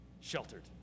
sheltered